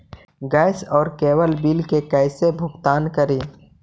Gas और cable bill के कैसे भुगतान करी?